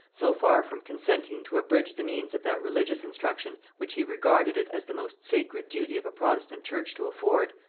so far from consenting to abridge the means of that religious instruction which he regarded it as the most sacred duty of a protestant church to afford,